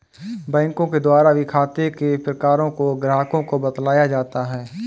बैंकों के द्वारा भी खाते के प्रकारों को ग्राहकों को बतलाया जाता है